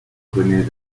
connaît